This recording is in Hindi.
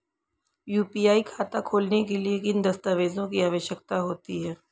यू.पी.आई खाता खोलने के लिए किन दस्तावेज़ों की आवश्यकता होती है?